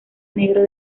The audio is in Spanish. negro